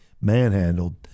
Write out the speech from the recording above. manhandled